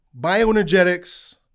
bioenergetics